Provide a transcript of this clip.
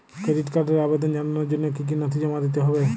Credit কার্ডের আবেদন জানানোর জন্য কী কী নথি জমা দিতে হবে?